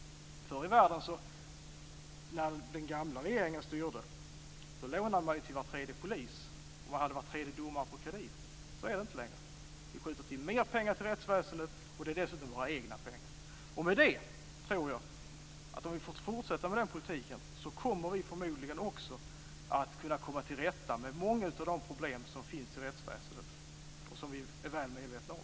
Förr i världen, när den gamla regeringen styrde, lånade man till var tredje polis och hade var tredje domare på kredit. Så är det inte längre. Vi skjuter till mer pengar till rättsväsendet, och det är dessutom våra egna pengar. I och med det tror jag att om vi får fortsätta med den politiken kommer vi förmodligen också att kunna komma till rätta med många av de problem som finns i rättsväsendet - och som vi är väl medvetna om.